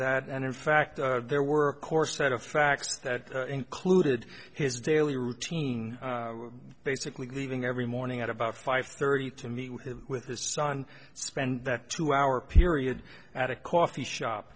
that and in fact there were a core set of facts that included his daily routine basically leaving every morning at about five thirty to meet with his son spend that two hour period at a coffee shop